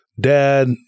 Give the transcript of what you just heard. dad